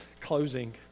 closing